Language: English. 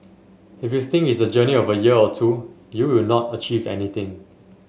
if you think it's a journey of a year or two you will not achieve anything